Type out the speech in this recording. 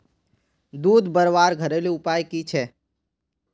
दूध बढ़वार घरेलू उपाय की छे?